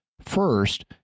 First